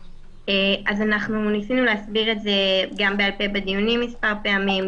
אנחנו ניסינו להסביר את זה גם בעל פה בדיונים מספר פעמים,